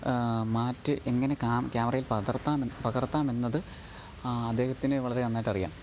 മാറ്റ് എങ്ങനെ കാം ക്യാമറയിൽ പതർത്താം പകർത്താം എന്നത് അദ്ദേഹത്തിന് വളരെ നന്നായിട്ടറിയാം